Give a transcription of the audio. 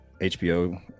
hbo